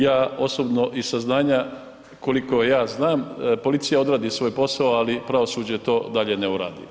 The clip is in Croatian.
Ja osobno iz saznanja koliko ja znam, policija odradi svoj posao, ali pravosuđe to dalje ne uradi.